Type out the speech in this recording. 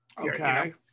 Okay